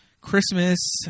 Christmas